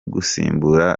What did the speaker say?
gusimbura